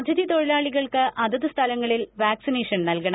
അതിഥി തൊഴിലാളികൾക്ക് അതതു സ്ഥലങ്ങളിൽ വാക്സിനേഷൻ നൽകണം